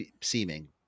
seeming